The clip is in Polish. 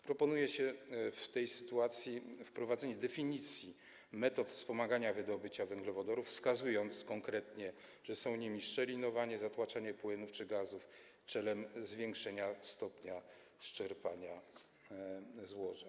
Proponuje się w tej sytuacji wprowadzenie definicji metod wspomagania wydobycia węglowodorów, wskazując konkretnie, że są nimi szczelinowanie, zatłaczanie płynów czy gazów celem zwiększenia stopnia sczerpania złoża.